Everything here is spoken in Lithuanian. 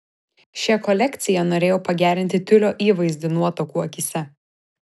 šia kolekcija norėjau pagerinti tiulio įvaizdį nuotakų akyse